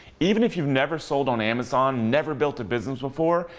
even if you've never sold on amazon, never built a business before,